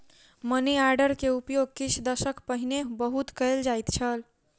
money order के उपयोग किछ दशक पहिने बहुत कयल जाइत छल